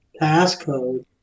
passcode